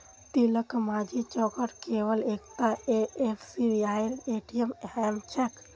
तिलकमाझी चौकत केवल एकता एसबीआईर ए.टी.एम छेक